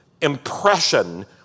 impression